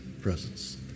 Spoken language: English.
presence